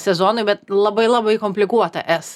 sezonui bet labai labai komplikuota es